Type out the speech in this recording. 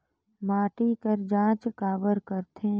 माटी कर जांच काबर करथे?